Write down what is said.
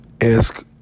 ask